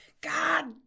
God